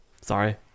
sorry